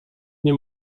nie